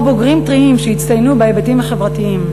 או בוגרים טריים שהצטיינו בהיבטים החברתיים,